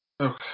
Okay